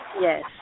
Yes